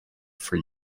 for